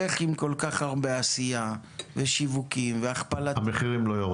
איך עם כל כך הרבה עשייה ושיווקים -- המחירים לא יורדים.